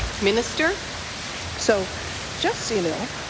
minister. so just so you know,